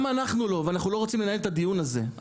גם אנחנו לא, ואנחנו לא רוצים לנהל את הדיון הזה.